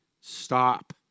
Stop